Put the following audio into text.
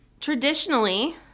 traditionally